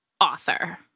author